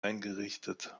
eingerichtet